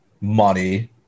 money